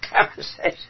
conversation